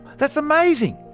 that's amazing!